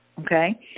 okay